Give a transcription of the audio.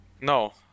No